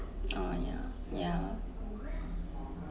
uh yeah yeah